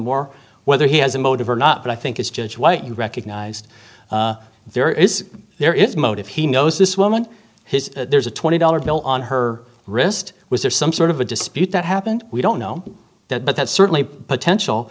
more whether he has a motive or not but i think it's judge white you recognized there is there is motive he knows this woman has there's a twenty dollar bill on her wrist was there some sort of a dispute that happened we don't know that but that certainly potential